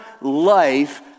life